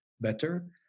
better